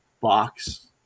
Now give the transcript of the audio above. box